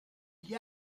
gli